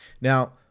Now